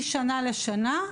משנה לשנה,